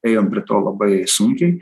ėjom prie to labai sunkiai